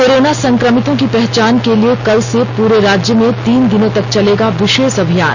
corona संक्रमितों की पहचान के लिए कल से पूरे राज्य में तीन दिनों तक चलेगा विशेष अभियान